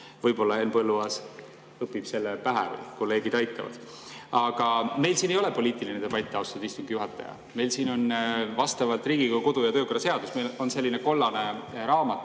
Võib-olla Henn Põlluaas õpib selle pähe, kolleegid aitavad. Aga meil siin ei ole poliitiline debatt, austatud istungi juhataja. Vastavalt Riigikogu kodu‑ ja töökorra seadusele – meil on selline kollane raamat,